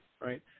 right